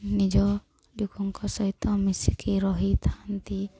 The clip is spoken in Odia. ନିଜ ଲୋକଙ୍କ ସହିତ ମିଶିକି ରହିଥାନ୍ତି